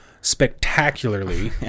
spectacularly